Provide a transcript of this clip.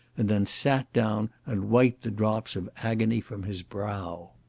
and then sat down, and wiped the drops of agony from his brow.